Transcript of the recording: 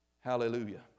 Hallelujah